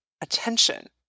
attention